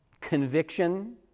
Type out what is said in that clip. conviction